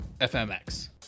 FMX